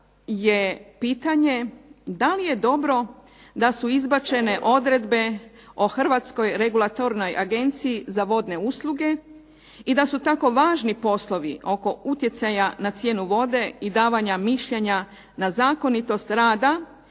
je pitanje da li je dobro da su izbačene odredbe o Hrvatskoj regulatornoj agenciji za vodne usluge, i da su tako važni poslovi oko utjecaja na cijenu vode i davanja mišljenja na zakonitost rada